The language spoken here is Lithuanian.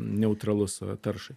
neutralus taršai